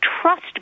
trust